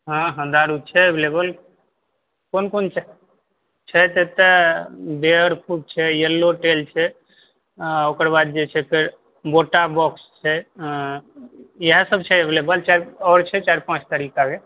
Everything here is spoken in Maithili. हँ हँ दारु छै अवेलेबल कोन कोन चाही छै तऽ एकटा बियर फुट छै येल्लो टेल छै ओकरबाद जे छै फेर बोटा बॉक्स छै इएह सब छै अवेलेबल और छै चारि पाँच तरीका के